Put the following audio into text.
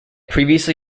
previously